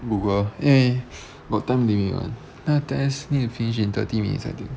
google eh got time limit [one] 那个 test need to finish in thirty minute [one]